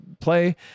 play